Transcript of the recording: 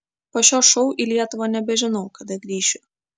po šio šou į lietuvą nebežinau kada grįšiu